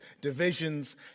divisions